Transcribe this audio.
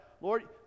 lord